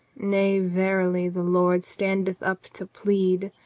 nay, verily, the lord standeth up to plead.